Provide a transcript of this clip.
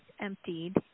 emptied